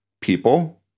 people